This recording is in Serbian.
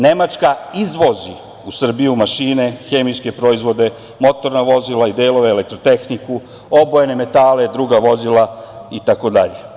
Nemačka izvozi u Srbiju mašine, hemijske proizvode, motorna vozila i delove, elektrotehniku, obojene metale, druga vozila, itd.